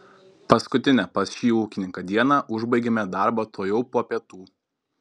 paskutinę pas šį ūkininką dieną užbaigėme darbą tuojau po pietų